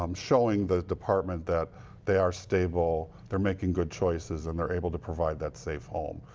um showing the department that they are stable, they're making good choices and they're able to provide that safe home.